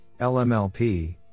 LMLP